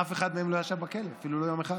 אף אחד מהם לא ישב בכלא אפילו לא יום אחד.